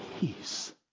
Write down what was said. Peace